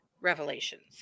revelations